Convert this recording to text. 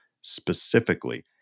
specifically